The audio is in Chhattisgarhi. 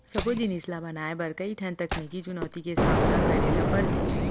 सबो जिनिस ल बनाए बर कइ ठन तकनीकी चुनउती के सामना करे ल परथे